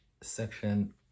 section